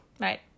Right